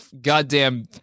goddamn